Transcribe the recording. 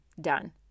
done